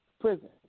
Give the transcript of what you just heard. Prison